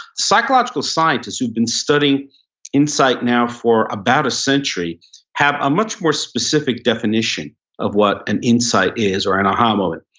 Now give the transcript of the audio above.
psychological scientists who've been studying insight now for about a century have a much more specific definition of what an insight is or an aha moment.